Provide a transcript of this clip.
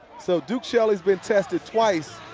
so duke shelly has been tested twice.